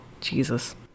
Jesus